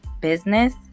business